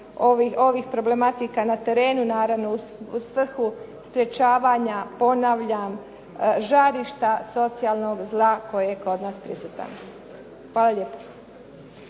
ovih problematika na terenu naravno u svrhu sprječavanja ponavljam žarišta socijalnog zla koje je kod nas prisutno. Hvala lijepo.